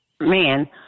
man